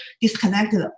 disconnected